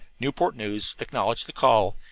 newport news acknowledged the call,